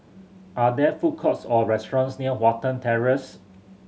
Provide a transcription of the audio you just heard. are there food courts or restaurants near Watten Terrace